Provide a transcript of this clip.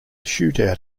shootout